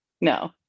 No